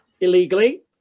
illegally